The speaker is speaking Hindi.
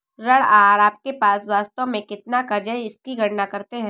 ऋण आहार आपके पास वास्तव में कितना क़र्ज़ है इसकी गणना करते है